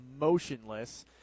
motionless